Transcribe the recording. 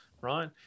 right